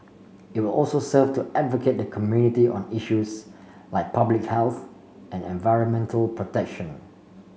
it will also serve to advocate the community on issues like public health and environmental protection